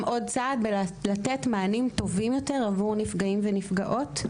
עוד צעד בלתת מענים טובים יותר עבור נפגעים ונפגעות.